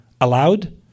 allowed